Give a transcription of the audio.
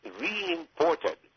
re-imported